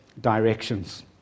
directions